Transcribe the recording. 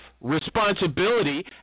responsibility